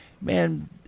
Man